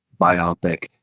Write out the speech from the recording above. biopic